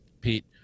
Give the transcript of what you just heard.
Pete